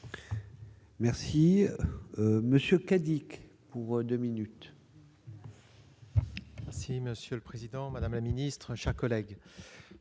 Merci monsieur Cadic pour 2 minutes. Si Monsieur le Président, Madame la Ministre, chers collègues